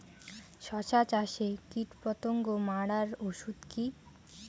শসা চাষে কীটপতঙ্গ মারার ওষুধ কি?